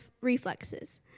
reflexes